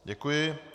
Děkuji.